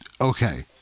okay